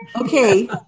Okay